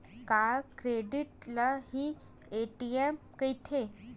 का क्रेडिट ल हि ए.टी.एम कहिथे?